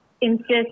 insist